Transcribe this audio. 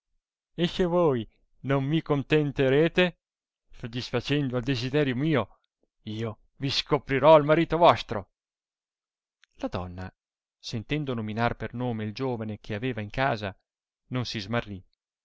e se voi non mi contenterete sodisfacendo al desiderio mio io vi scoprirò al marito vostro la donna sentendo nominar per nome il giovane che aveva in casa non si smarrì